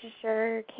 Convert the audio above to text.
sure